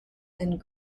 and